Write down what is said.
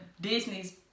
Disney's